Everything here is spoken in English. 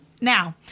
Now